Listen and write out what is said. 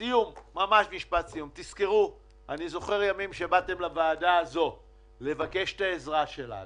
אני זוכר את הימים שבאתם לוועדה הזאת כדי לבקש את העזרה שלנו.